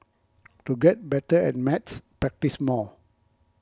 to get better at maths practise more